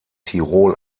tirol